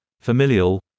familial